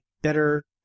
better